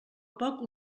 poc